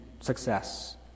success